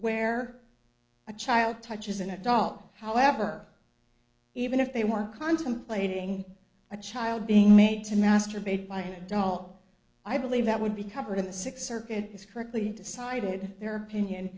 where a child touches an adult however even if they were contemplating a child being made to masturbate by an adult i believe that would be covered in the sixth circuit is correctly decided their opinion